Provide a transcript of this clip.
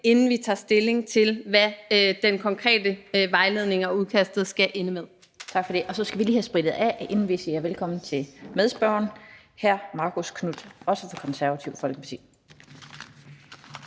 inden vi tager stilling til, hvad den konkrete vejledning og udkastet skal ende med. Kl. 16:42 Den fg. formand (Annette Lind): Tak for det, og så skal vi lige have sprittet af, inden vi siger velkommen til medspørgeren, hr. Marcus Knuth, også Det Konservative Folkeparti.